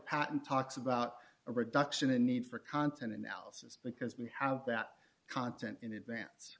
patent talks about a reduction in need for content analysis because we have that content in advance